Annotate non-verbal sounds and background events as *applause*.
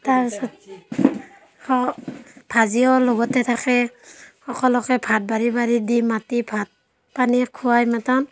তাৰ পিছত স ভাজিও লগতে থাকে সকলোকে ভাত বাঢ়ি বাঢ়ি দি মাতি ভাত পানী খুৱাই *unintelligible*